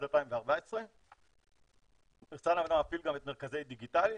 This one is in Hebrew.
2014. משרד המדע מפעיל גם את מרכזי דיגיטל,